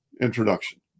introduction